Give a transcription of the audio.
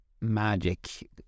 magic